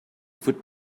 foot